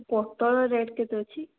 ପୋଟଳ ରେଟ୍ କେତେ ଅଛି